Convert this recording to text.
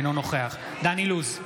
אינו נוכח דן אילוז,